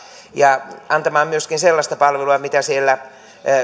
ja myöskin antamaan sellaista palvelua mitä